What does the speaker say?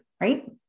right